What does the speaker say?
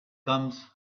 comes